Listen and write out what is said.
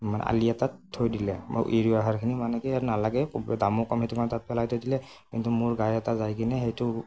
মানে আলি এটাত থৈ দিলে ইউৰিয়া সাৰখিনি মানে কি আৰু নালাগে দামো কম সেইটো তাত পেলাই থৈ দিলে কিন্তু মোৰ গাই এটা যাই কিনে সেইটো